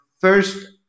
first